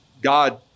God